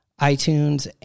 iTunes